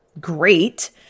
great